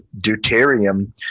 deuterium